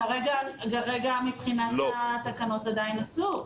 כרגע מבחינת התקנות עדיין אסור.